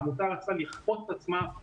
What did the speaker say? העמותה רצתה לכפות את עצמה על העירייה.